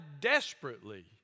desperately